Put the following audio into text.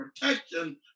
protection